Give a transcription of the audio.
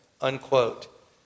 unquote